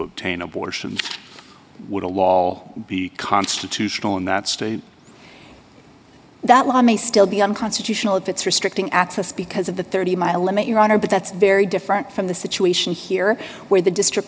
obtain abortions would a law be constitutional in that state that law may still be unconstitutional if it's restricting access because of the thirty mile limit your honor but that's very different from the situation here where the district